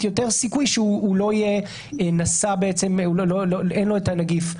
יותר סיכוי שהוא לא היה נשא ושאין לו את הנגיף.